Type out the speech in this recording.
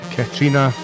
Katrina